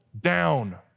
down